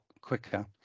quicker